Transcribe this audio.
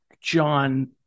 John